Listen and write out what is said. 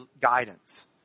guidance